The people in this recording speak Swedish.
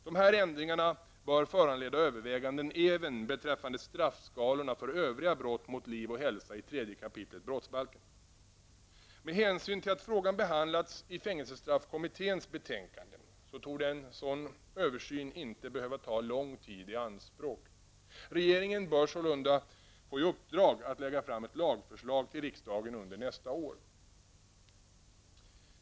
Dessa ändringar bör föranleda överväganden även beträffande straffskalorna för övriga brott mot liv och hälsa i 3 kap. brottsbalken. Med hänsyn till att frågan har behandlats i fängelsestraffkommitténs betänkande torde en sådan översyn inte behöva ta lång tid i anspråk. Regeringen bör sålunda få i uppdrag att lägga fram ett lagförslag till riksdagen under nästa år.